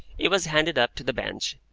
it was handed up to the bench,